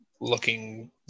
looking